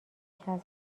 چسب